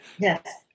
Yes